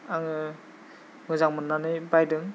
आङो मोजां मोन्नानै बायदों